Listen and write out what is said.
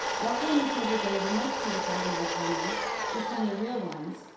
walter and matilda gay were next to the fragonard panels, this time the real ones,